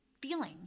feeling